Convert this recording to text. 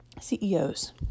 CEOs